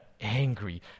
angry